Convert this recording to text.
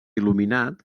il·luminat